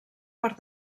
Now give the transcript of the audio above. per